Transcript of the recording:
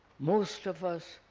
most of us